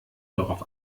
darauf